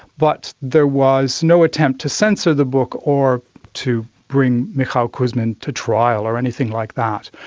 but there was no attempt to censor the book or to bring mikhail kuzmin to trial or anything like that.